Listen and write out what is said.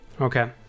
Okay